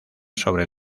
sobre